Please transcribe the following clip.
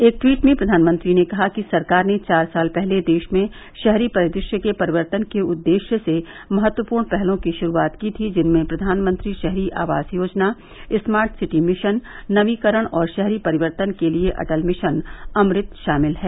एक ट्वीट में प्रधानमंत्री ने कहा कि सरकार ने चार साल पहले देश में शहरी परिदृश्य के परिवर्तन के उद्देश्य से महत्वपूर्ण पहलों की शुरुआत की थी जिनमें प्रधानमंत्री शहरी आवास योजना स्मार्ट सिटी मिशन नवीकरण और शहरी परिवर्तन के लिए अटल मिशन अमृत शामिल हैं